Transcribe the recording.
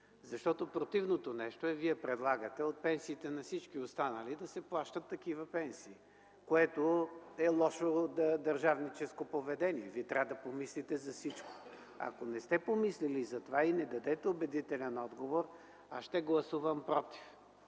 Противното нещо е Вашето предложение – от пенсиите на всички останали да се плащат такива пенсии, което е лошо държавническо поведение. Вие трябва да помислите за всичко! Ако не сте помислили за това и не дадете убедителен отговор, аз ще гласувам „против”,